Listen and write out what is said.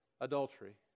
adultery